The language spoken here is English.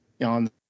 on